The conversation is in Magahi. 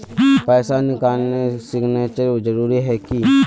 पैसा निकालने सिग्नेचर जरुरी है की?